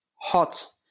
hot